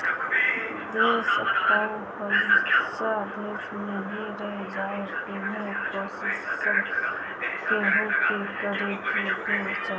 देस कअ पईसा देस में ही रह जाए इहे कोशिश सब केहू के करे के चाही